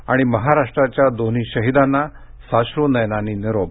आणि महाराष्ट्राच्या दोन्ही शहिदांना साश्रू नयनांनी निरोप